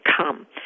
come